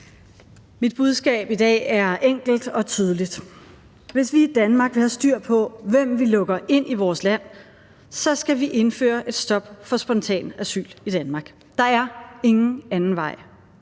Mit budskab i dag er enkelt og tydeligt. Hvis vi i Danmark vil have styr på, hvem vi lukker ind i vores land, skal vi indføre et stop for spontanasyl i Danmark. Der er ingen anden vej.